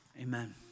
Amen